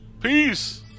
Peace